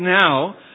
now